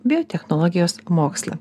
biotechnologijos mokslą